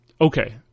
Okay